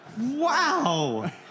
Wow